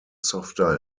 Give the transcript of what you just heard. softer